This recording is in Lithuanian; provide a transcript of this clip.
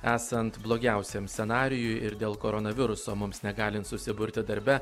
esant blogiausiam scenarijui ir dėl koronaviruso mums negalint susiburti darbe